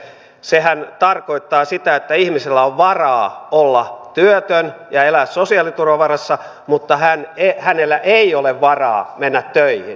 sehän tarkoittaa sitä että ihmisellä on varaa olla työtön ja elää sosiaaliturvan varassa mutta hänellä ei ole varaa mennä töihin